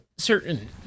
certain